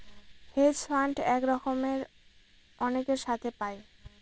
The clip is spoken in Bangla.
হেজ ফান্ড এক রকমের অনেকের সাথে পায়